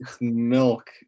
milk